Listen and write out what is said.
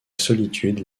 solitude